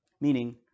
meaning